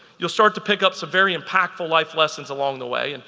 you'll start to pick up some very impactful life lessons along the way. and